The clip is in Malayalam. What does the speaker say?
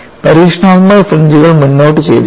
പരീക്ഷണാത്മക ഫ്രിഞ്ച്കൾ മുന്നോട്ട് ചരിഞ്ഞു